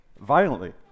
violently